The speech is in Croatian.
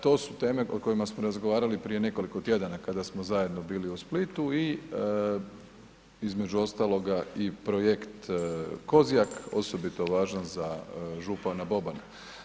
To su teme o kojima smo razgovarali prije nekoliko tjedana kada smo zajedno bili u Splitu i između ostaloga i projekt Kozjak, osobito važan za župana Bobana.